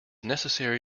necessary